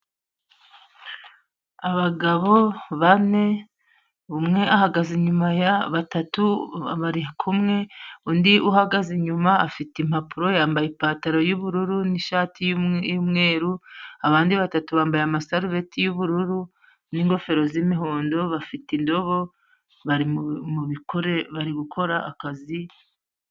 Abagabo bane, umwe ahagaze inyuma yabo, batatu bari kumwe ,undi uhagaze inyuma afite impapuro, yambaye ipantaro y'ubururu n'ishati y'umweru ,abandi batatu bambaye amasarubeti y'ubururu n'ingofero z'imihondo, bafite indobo bari gukora akazi.